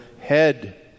head